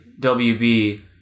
WB